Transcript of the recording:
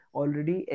already